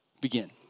begin